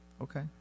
Okay